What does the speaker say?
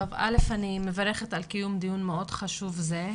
קודם כל אני מברכת על קיום דיון מאוד חשוב זה.